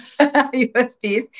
USBs